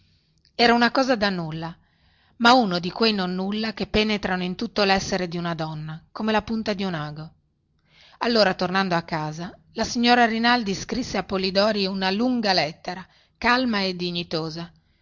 era una cosa da nulla ma uno di quei nonnulla che penetrano in tutto lessere di una donna come la punta di un ago allora tornando a casa la signora rinaldi scrisse a polidori una lunga lettera calma e dignitosa